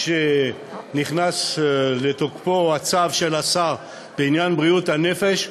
כשנכנס לתוקפו הצו של השר בעניין בריאות הנפש,